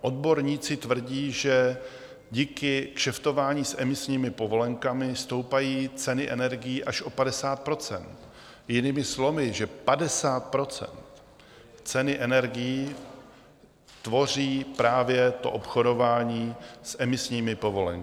Odborníci tvrdí, že díky kšeftování s emisními povolenkami stoupají ceny energií až o 50 %, jinými slovy, že 50 % ceny energií tvoří právě obchodování s emisními povolenkami.